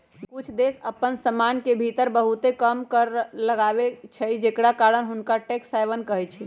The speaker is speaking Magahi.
कुछ देश अप्पन सीमान के भीतर बहुते कम कर लगाबै छइ जेकरा कारण हुंनका टैक्स हैवन कहइ छै